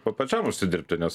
pa pačiam užsidirbti nes